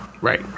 Right